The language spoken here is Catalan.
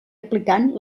aplicant